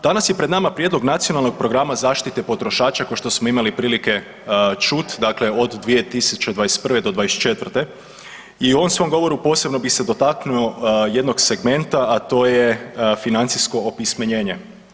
Danas je pred nama Prijedlog Nacionalnog programa zaštite potrošača kao što smo imali prilike čut od 2021.-2024.i u ovom svom govoru posebno bi se dotaknuo jednog segmenta, a to je financijsko opismenjenje.